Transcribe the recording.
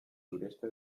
sureste